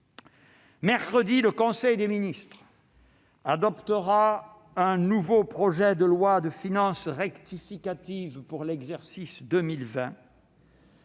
Mercredi, le conseil des ministres adoptera un nouveau projet de loi de finances rectificative pour l'exercice 2020